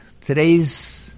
today's